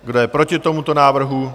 Kdo je proti tomuto návrhu?